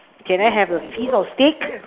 can I have a piece of steak